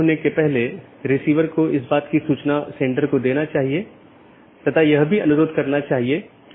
BGP का विकास routing सूचनाओं को एकत्र करने और संक्षेपित करने के लिए हुआ है